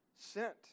sent